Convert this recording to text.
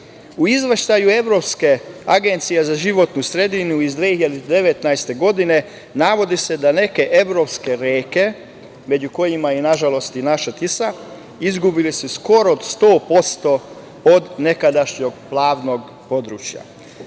izveštaju Evropske agencije za životnu sredinu iz 2019. godine se navodi da neke evropske reke, među kojima je nažalost i naša Tisa su izgubile skoro 100% nekadašnjeg plavnog područja.